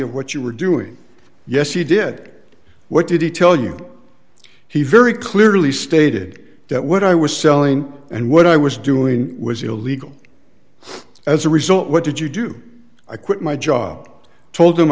of what you were doing yes he did what did he tell you he very clearly stated that what i was selling and what i was doing was illegal as a result what did you do i quit my job told